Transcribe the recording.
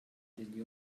degli